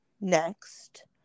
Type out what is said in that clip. next